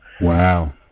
Wow